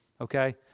okay